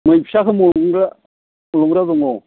मै फिसाखौ दङ